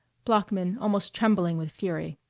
bloeckman almost trembling with fury.